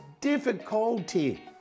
difficulty